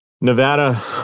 Nevada